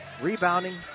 rebounding